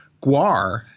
Guar